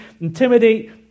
intimidate